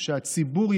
הציבור,